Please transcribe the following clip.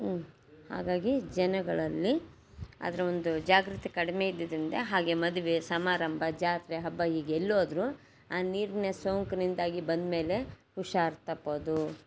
ಹಾಗಾಗಿ ಜನಗಳಲ್ಲಿ ಅದ್ರ ಒಂದು ಜಾಗ್ರತೆ ಕಡಿಮೆ ಇದ್ದದ್ದರಿಂದ ಹಾಗೇ ಮದುವೆ ಸಮಾರಂಭ ಜಾತ್ರೆ ಹಬ್ಬ ಹೀಗೆ ಎಲ್ಲಿ ಹೋದರೂ ಆ ನೀರಿನ ಸೋಂಕಿನಿಂದಾಗಿ ಬಂದ ಮೇಲೆ ಹುಷಾರು ತಪ್ಪೋದು